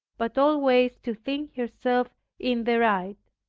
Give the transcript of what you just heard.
but always to think herself in the right.